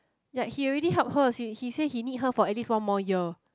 yea he already help her she he say he need her for at least one more year